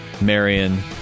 Marion